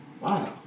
Wow